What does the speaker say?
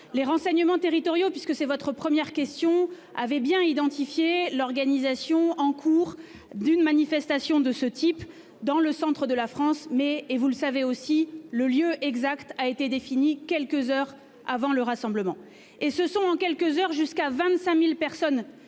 Les renseignements territoriaux puisque c'est votre première question avait bien identifié l'organisation en cours d'une manifestation de ce type dans le centre de la France mais et vous le savez aussi le lieu exact a été défini quelques heures avant le rassemblement et ce sont en quelques heures, jusqu'à 25.000 personnes